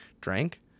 drank